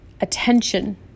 attention